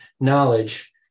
knowledge